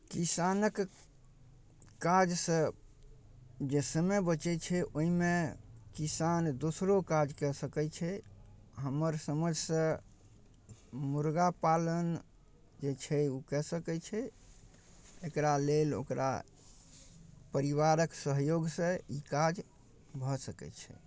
किसानक काजसँ जे समय बचै छै ओहिमे किसान दोसरो काज कए सकै छै हमर समझसँ मुर्गा पालन जे छै ओ कए सकै छै एकरा लेल ओकरा परिवारक सहयोगसँ ई काज भऽ सकै छै